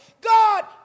God